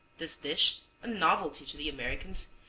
this dish, a novelty to the americans,